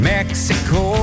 Mexico